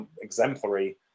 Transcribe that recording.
exemplary